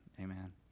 amen